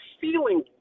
feeling